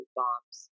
bombs